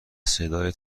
صدای